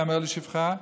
ייאמר לשבחה.